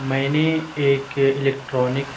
میں نے ایک الیکٹرانک